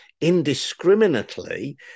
indiscriminately